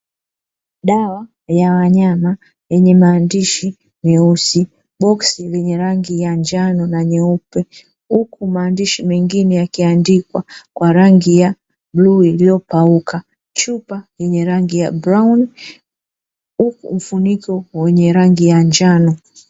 Dawa ya wanyama yenye maandishi meusi, boksi lenye rangi ya njano na nyeupe, huku maandishi mengine yakiandikwa kwa rangi ya bluu iliopauka, chupa yenye rangi ya brauni, huku mfuniko wenye rangi ya njano.